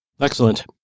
Excellent